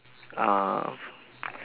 uh